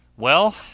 well,